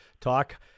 talk